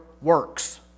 works